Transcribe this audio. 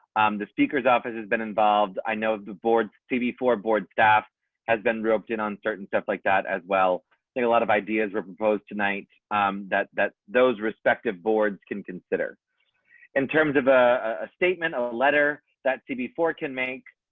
um the speaker's office has been involved. i know the board tv for board staff has been roped in on certain stuff like that as well thing a lot of ideas were proposed tonight that that those respective boards can consider in terms of a statement a letter that tv for can make